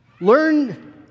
Learn